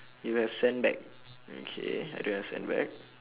you have sandbag okay I don't have sandbag